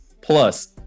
plus